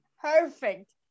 perfect